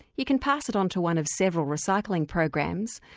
you can pass it on to one of several recycling programs,